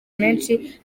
menshi